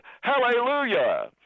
hallelujah